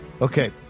Okay